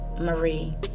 Marie